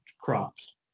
crops